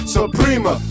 Suprema